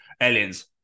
Aliens